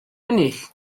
ennill